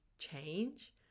change